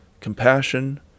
compassion